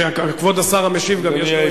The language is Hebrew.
כבוד השר המשיב, בבקשה.